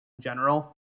general